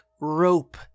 rope